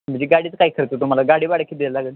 मजे गाडीचं काय खर्च तुमाला गाडीभाडं किती द्या लागंल